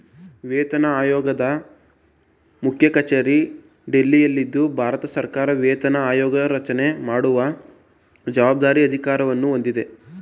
ವೇತನಆಯೋಗದ ಮುಖ್ಯಕಚೇರಿ ದೆಹಲಿಯಲ್ಲಿದ್ದು ಭಾರತಸರ್ಕಾರ ವೇತನ ಆಯೋಗರಚನೆ ಮಾಡುವ ಜವಾಬ್ದಾರಿ ಅಧಿಕಾರವನ್ನು ಹೊಂದಿದೆ